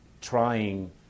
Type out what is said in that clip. trying